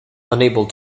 unable